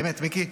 באמת, מיקי,